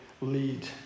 lead